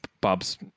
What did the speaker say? Bob's